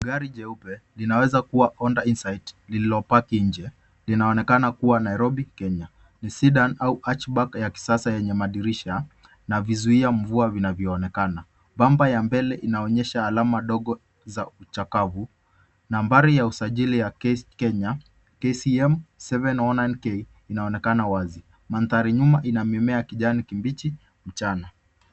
Gari jeupe, linaweza kuwa honda insight lililopaki nje linaonekana kuwa Nairobi Kenya. Ni sedan au hunchback ya kisasa yenye madirisha na vizuia mvua vinavyoonekana. Bumper ya mbele inaonyesha alama ndogo za uchakavu. Nambari ya usajili ya Kenya KCM 709 K inaonekana wazi. Mandhari nyuma ina mimea ya kijani kibichi mchana.